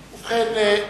ובכן,